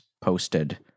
posted